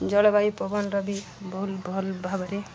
ଜଳବାୟୁ ପବନର ବି ବହୁତ ଭଲ୍ ଭାବରେ